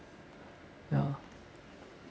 ya